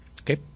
Okay